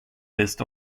list